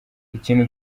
ikintu